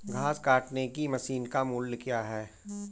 घास काटने की मशीन का मूल्य क्या है?